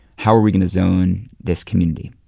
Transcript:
how are we going to zone this community?